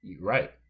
Right